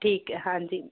ਠੀਕ ਹੈ ਹਾਂਜੀ